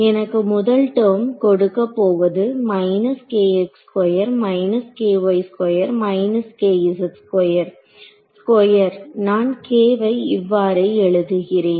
எனக்கு முதல் டெர்ம் கொடுக்கப் போவது ஸ்கொயர் நான் k வை இவ்வாறே எழுதுகிறேன்